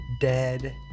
dead